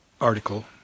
article